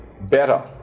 better